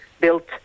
built